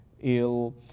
ill